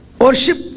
worship